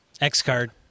X-Card